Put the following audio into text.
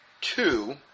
two